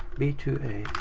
b two a,